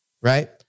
right